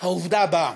העובדה הבאה: